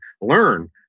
learn